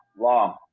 long